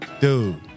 Dude